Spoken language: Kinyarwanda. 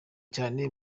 cyane